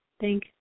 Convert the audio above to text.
thank